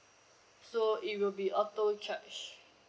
so it will be auto charge